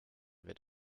wird